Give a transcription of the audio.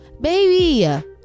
baby